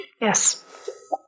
Yes